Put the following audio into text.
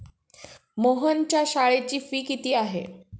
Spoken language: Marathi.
मोहनच्या शाळेची फी किती आहे?